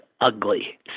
ugly